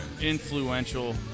influential